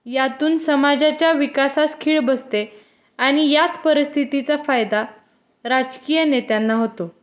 यातून समाजाच्या विकासास खीळ बसते आणि याच परिस्थितीचा फायदा राजकीय नेत्यांना होतो